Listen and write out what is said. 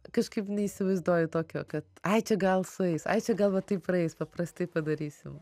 kažkaip neįsivaizduoju tokio kad ai čia gal sueis ai čia gal vat taip praeis paprastai padarysim